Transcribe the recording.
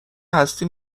هستی